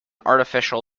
artificial